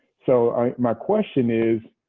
so my question is,